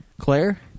Claire